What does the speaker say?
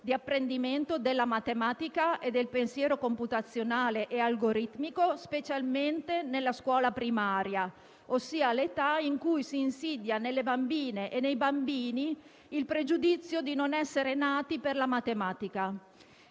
di apprendimento della matematica e del pensiero computazionale e algoritmico, specialmente nella scuola primaria, ossia nell'età in cui si insidia nelle bambine e nei bambini il pregiudizio di non essere nati per la matematica.